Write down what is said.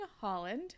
Holland